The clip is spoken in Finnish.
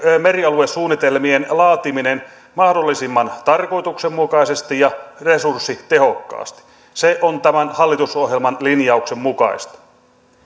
merialuesuunnitelmien laatiminen mahdollisimman tarkoituksenmukaisesti ja resurssitehokkaasti se on tämän hallitusohjelman linjauksen mukaista